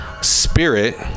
spirit